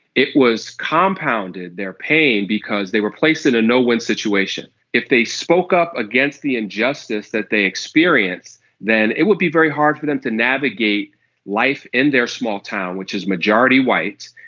it was compounded their pain because they were placed in a no win situation. if they spoke up against the injustice that they experience then it would be very hard for them to navigate life in their small town which is majority white.